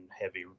heavy